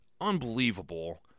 unbelievable